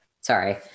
Sorry